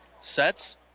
Sets